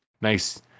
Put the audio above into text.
nice